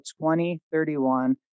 2031